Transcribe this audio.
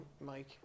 Mike